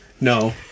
No